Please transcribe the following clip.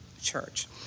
church